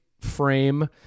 frame